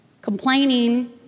Complaining